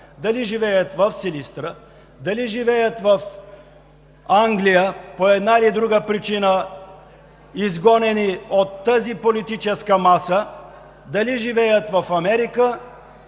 дали живеят в Силистра, дали живеят в Англия – по една или друга причина, изгонени от тази политическа маса, дали живеят в Америка,